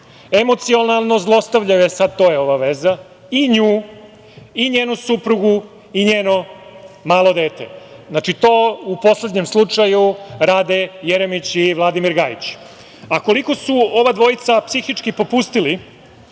emocionalno zlostavljaju, to je ova veza, i nju i njenu suprugu i njeno malo dete. To u poslednjem slučaju rade Jeremić i Vladimir Gajić. Koliko su ova dvojica psihički popustili